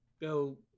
go